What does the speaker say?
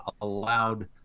allowed